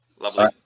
Lovely